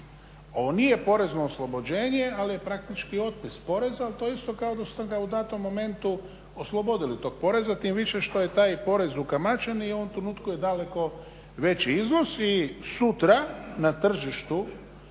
Ovo nije porezno oslobođenje ali je praktički otpis poreza, ali to je isto kao da ste u ga datom momentu oslobodili tog poreza tim više što je taj porez ukamaćen i u ovom trenutku je daleko veći iznos i sutra na tržištu